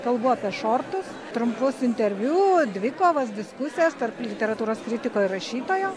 kalbu apie šortus trumpus interviu dvikovas diskusijas tarp literatūros kritiko ir rašytojo